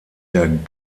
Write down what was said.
der